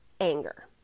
anger